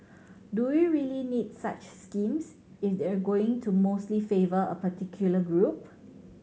do we really need such schemes if they're going to mostly favour a particular group